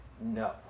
no